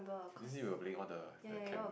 is it you will bring all the the camp